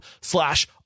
slash